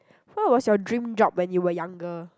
what was your dream job when you were younger